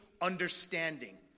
understanding